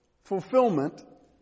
fulfillment